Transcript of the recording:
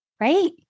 right